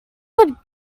would